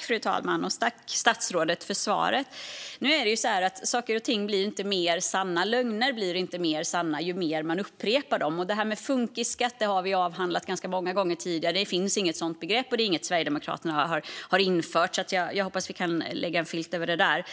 Fru talman! Tack, statsrådet, för svaret! Nu är det ju så här: Saker och ting blir inte mer sanna, lögner blir inte mer sanna, ju mer man upprepar dem. Det här med funkisskatt har vi avhandlat ganska många gånger tidigare. Det finns inget sådant begrepp, och det är inget Sverigedemokraterna har infört, så jag hoppas att vi kan lägga en filt över det.